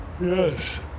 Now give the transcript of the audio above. Yes